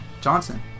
Johnson